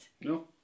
No